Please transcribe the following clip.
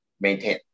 maintain